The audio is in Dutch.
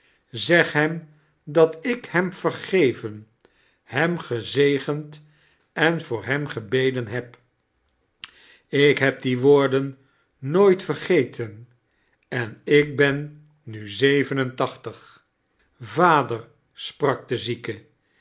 zeg hem dat ik hem vergeven hem gezegend en voor hem gebeden heb ik heb die woorden nooit vergeten en ik ben nu zeven en tachtig vader sprak de zieke